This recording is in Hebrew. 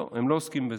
לא, הם לא עוסקים בזה.